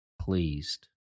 pleased